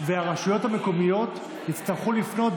והרשויות המקומיות יצטרכו לפנות,